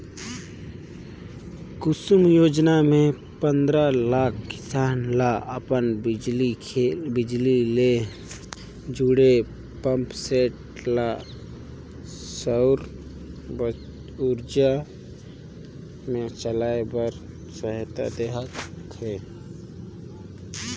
कुसुम योजना मे पंदरा लाख किसान ल अपन बिजली ले जुड़े पंप सेट ल सउर उरजा मे चलाए बर सहायता देह थे